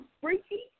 freaky